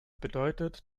bedeutet